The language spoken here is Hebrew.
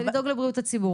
כדי לדאוג לבריאות הציבור.